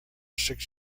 six